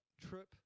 trip